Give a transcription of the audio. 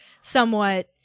somewhat